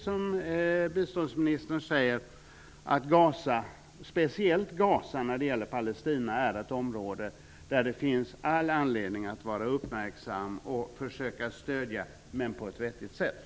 Som biståndsministern också säger är speciellt Gaza i Palestina ett område som det finns all anledning att vara uppmärksam på och försöka stödja. Det måste dock göras på ett vettigt sätt.